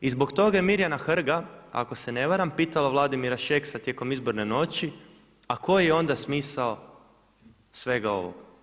I zbog toga je Mirjana Hrga ako se ne varam, pitala Vladimira Šeksa tijekom izborne noći, a koji je onda smisao svega ovoga.